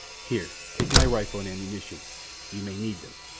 here, take my rifle and ammunition you may need them.